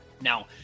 Now